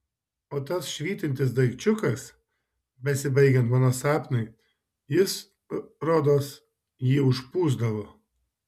o tas švytintis daikčiukas besibaigiant mano sapnui jis rodos jį užpūsdavo